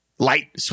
Light